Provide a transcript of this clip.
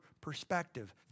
perspective